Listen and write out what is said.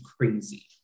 crazy